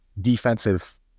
defensive